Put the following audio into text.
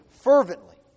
fervently